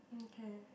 okay